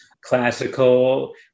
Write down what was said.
classical